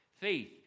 faith